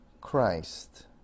Christ